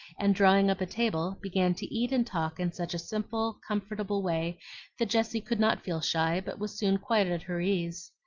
and drawing up a table began to eat and talk in such a simple, comfortable way that jessie could not feel shy, but was soon quite at her ease.